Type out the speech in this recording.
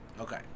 Okay